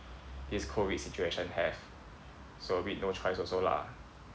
this COVID situation have so a bit no choice also lah